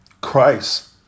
Christ